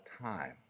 time